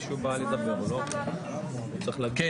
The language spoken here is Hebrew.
כן.